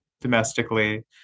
domestically